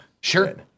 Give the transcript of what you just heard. Sure